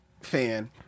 fan